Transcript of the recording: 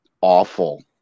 awful